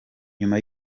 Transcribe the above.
nyuma